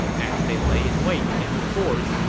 as they lay in wait in the gorge,